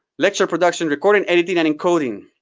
lecture production, recording, editing, and encoding.